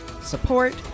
support